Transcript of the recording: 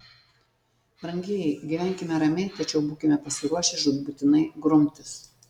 brangieji gyvenkime ramiai tačiau būkime pasiruošę žūtbūtinai grumtis